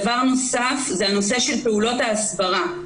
דבר נוסף הוא פעולות הסברה.